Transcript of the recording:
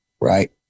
right